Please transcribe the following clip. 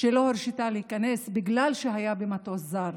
שלא הורשתה להיכנס בגלל שהייתה במטוס זר.